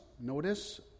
notice